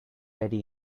ready